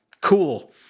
Cool